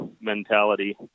mentality